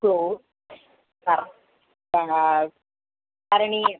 close कर् करणीयम्